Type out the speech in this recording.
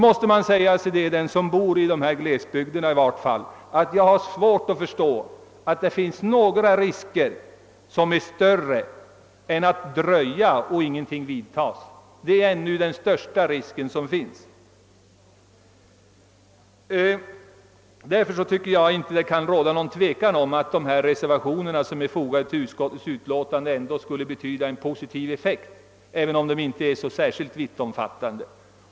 Jag har dock svårt att tro att det från glesbygdsbefolkningens synpunkt finns någon risk som är större än att dröja att vidta åtgärder. Dröjsmål är den största faran i det sammanhanget. Det kan därför inte råda några tvivel om att ett bifall till de reservationer som fogats till utskottets utlå tanden skulle få positiva effekter, även om yrkandena inte är särskilt vittomfattande.